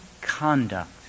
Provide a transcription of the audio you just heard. conduct